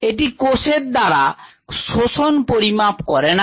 এটি কোষের দ্বারা শোষণ পরিমাপ করে না